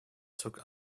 took